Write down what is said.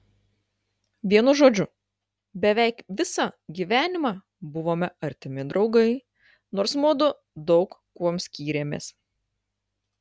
vienu žodžiu beveik visą gyvenimą buvome artimi draugai nors mudu daug kuom skyrėmės